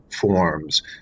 forms